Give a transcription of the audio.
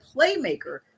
playmaker